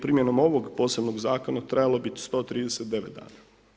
Primjenom ovog posebnog zakona trajalo bi 139 dana.